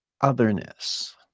otherness